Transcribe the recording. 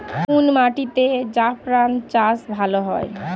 কোন মাটিতে জাফরান চাষ ভালো হয়?